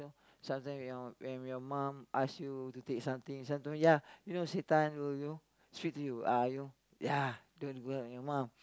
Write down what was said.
sometime when your when your mum ask you to take something sometime ya you know sometime you know strict to you uh you know ya don't your mum